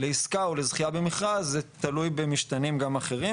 לעסקה או לזכייה במכרז, זה תלוי במשתנים גם אחרים.